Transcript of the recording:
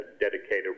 dedicated